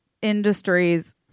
industries